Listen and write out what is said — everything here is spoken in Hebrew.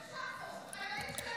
חיילים שלנו בעזה.